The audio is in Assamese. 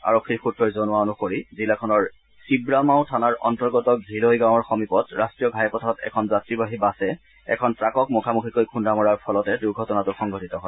আৰক্ষীৰ সূত্ৰই জনোৱা অনুসৰি জিলাখনৰ ছিৱামাও থানাৰ অন্তৰ্গত ঘিলৈ গাঁৱৰ সমীপত ৰাষ্টীয় ঘইপথত এখন যাত্ৰীবাহী বাছে এখন টাকক মুখামুধিকৈ খুন্দা মৰাৰ ফলতে দূৰ্ঘটনাটো সংঘটিত হয়